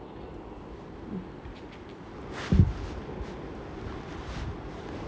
okay tell me why do you like watching TikTok okay can you tell me first why you like watching TikTok